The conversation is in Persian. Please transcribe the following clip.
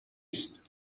است